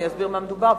אני אסביר מה מדובר,